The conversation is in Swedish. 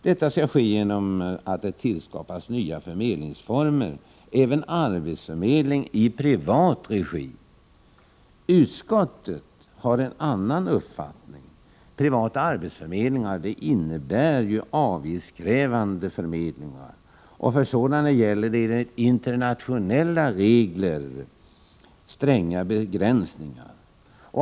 Detta skall ske genom att det tillskapas nya förmedlingsformer, även arbetsförmedling i privat regi. Utskottsmajoriteten har en annan uppfattning. Privata förmedlingar innebär avgiftskrävande förmedlingar, och för sådana gäller enligt internationella regler stränga begränsningar.